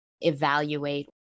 evaluate